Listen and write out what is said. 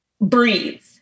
breathe